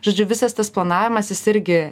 žodžiu visas tas planavimas jis irgi